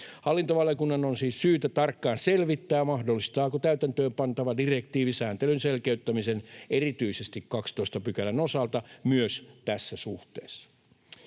Hallintovaliokunnan on siis syytä tarkkaan selvittää, mahdollistaako täytäntöönpantava direktiivi sääntelyn selkeyttämisen erityisesti 12 §:n osalta myös tässä suhteessa.